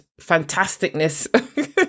fantasticness